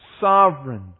sovereign